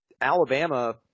Alabama